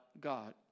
God